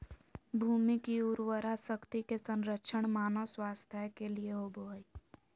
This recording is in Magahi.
भूमि की उर्वरा शक्ति के संरक्षण मानव स्वास्थ्य के लिए होबो हइ